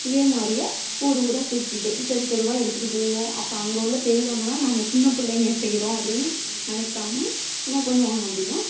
இதேமாதிரியே ஊர் ஊராக தூக்கிகிட்டு தெரு தெருவாக எடுத்துகிட்டுப் போவோம் அப்போ அங்கே உள்ள பெரியவங்கள்லாம் நாங்கள் சின்னப் பிள்ளைங்க செய்யறோம் அப்படின்னு நினைக்காம என்ன பண்ணுவாங்க அப்படின்னா